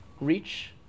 reach